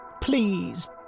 Please